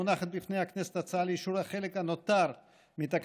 מונחת בפני הכנסת הצעה לאישור החלק הנותר מתקנות